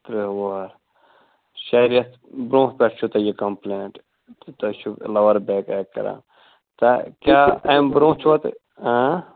ترٛےٚ وار شیٚے رٮ۪تھ برٛونٛہہ پٮ۪ٹھ چھُو تۄہہِ یہِ کَمپُلینٹ تہٕ تۄہہِ چھُو لووَر بیک ایک کَران تہٕ کیٛاہ اَمہِ برٛونٛہہ چھُوا تۄہہِ